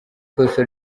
kosa